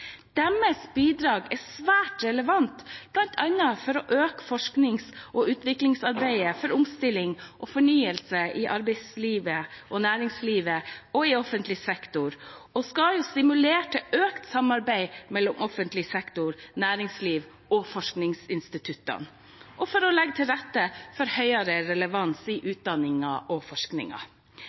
Deres bidrag er svært relevant, bl.a. for å øke forsknings- og utviklingsarbeidet for omstilling og fornyelse i næringslivet og i offentlig sektor, stimulere til økt samarbeid mellom offentlig sektor, næringslivet og forskningsinstituttene og legge til rette for høyere relevans i utdanningen og